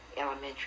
Elementary